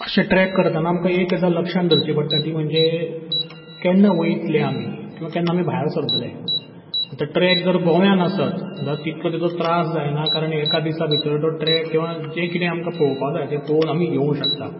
अशें ट्रॅक करतना आमकां एक गजाल लक्षान धरची पडटा ती म्हणजे केन्ना वयतले आमी किंवां केन्ना आमी भायर सरतले आतां ट्रॅक जर गोव्यान आसत जा तितलो तेजो त्रास जायना कारण एका दिसा भितर तो ट्रॅक किंवां जें कितें आमकां पोळोवपा जाय तें पोळोन आमी येवंक शकता